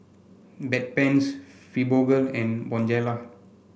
Bedpans Fibogel and Bonjela